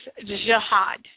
jihad